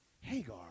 Hagar